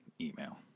email